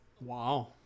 Wow